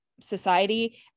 society